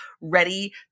ready